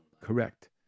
correct